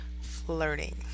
flirting